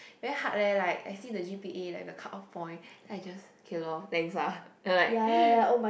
very hard leh like I see the g_p_a like the cut off point then I just okay lor thanks ah like